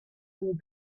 and